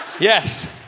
Yes